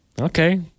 Okay